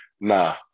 nah